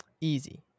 easy